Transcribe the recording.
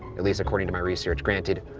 at least according to my research. granted,